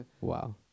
Wow